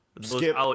Skip